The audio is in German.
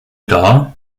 dar